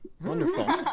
Wonderful